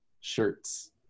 shirts